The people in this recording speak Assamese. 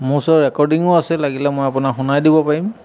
মোৰ ওচৰত ৰেকৰ্ডিঙো আছে লাগিলে মই আপোনাক শুনাই দিব পাৰিম